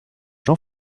jean